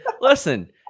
Listen